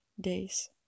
days